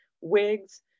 wigs